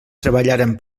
treballaren